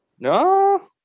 No